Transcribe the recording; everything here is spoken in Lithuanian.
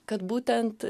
kad būtent